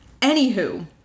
Anywho